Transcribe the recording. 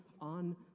on